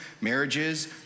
marriages